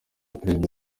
perezida